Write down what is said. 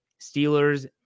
Steelers